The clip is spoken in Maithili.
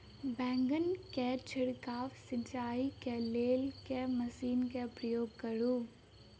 बैंगन केँ छिड़काव सिचाई केँ लेल केँ मशीन केँ प्रयोग करू?